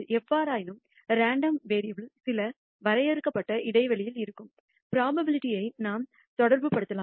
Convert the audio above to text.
எவ்வாறாயினும் random variable சில வரையறுக்கப்பட்ட இடைவெளியில் இருக்கும் புரோபாபிலிடிஐ நாம் தொடர்புபடுத்தலாம்